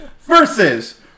versus